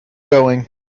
going